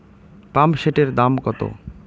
পাম্পসেটের দাম কত?